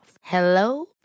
Hello